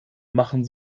machen